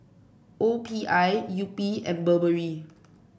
O P I Yupi and Burberry